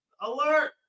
Alert